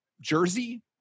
jersey